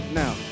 now